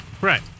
Right